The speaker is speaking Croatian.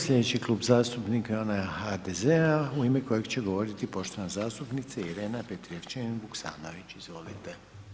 Slijedeći klub zastupnika je onaj HDZ-a u ime kojeg će govoriti poštovana zastupnica Irena Petrijevčanin Vuksanović, izvolite.